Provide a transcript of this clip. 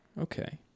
okay